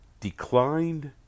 declined